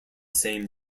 same